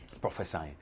prophesying